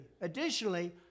additionally